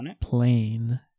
plain